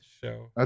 show